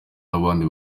n’abandi